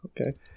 okay